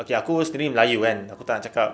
okay aku sendiri melayu kan aku tak nak cakap